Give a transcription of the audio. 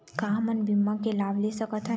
का हमन बीमा के लाभ ले सकथन?